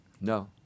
No